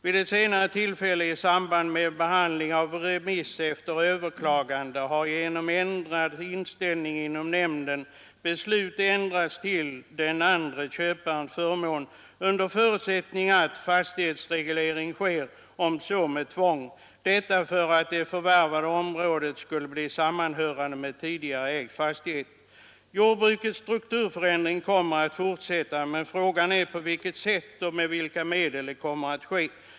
Vid ett senare tillfälle i samband med behandling av remiss efter överklagande har genom ändrad inställning inom nämnden beslut ändrats till den andre köparens förmån under förutsättning att fastighetsreglering sker, om så med tvång, och detta för att det förvärvade området skulle bli sammanhörande med tidigare ägd fastighet. Jordbrukets strukturförändring kommer att fortsätta, men frågan är på vilket sätt och med vilka medel det skall ske.